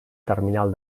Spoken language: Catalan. terminal